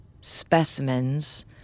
specimens